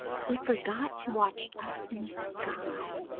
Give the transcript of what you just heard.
he forgot to watch up in the sky.